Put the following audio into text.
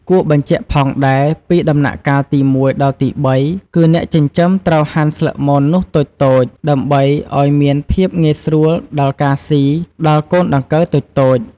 គួរបញ្ជាក់ផងដែរ ពីដំណាក់កាលទី១ ដល់ទី៣ គឺអ្នកចិញ្ចឹមត្រូវហាន់ស្លឹកមននោះតូចៗ ដើម្បីអោយមានភាពងាយស្រួលដល់ការស៊ីដល់កូនដង្កូវតូចៗ។